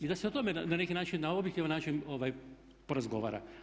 I da se o tome na neki način na objektivan način porazgovara.